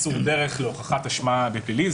קיצור דרך להוכחת אשמה בפלילים.